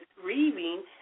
grieving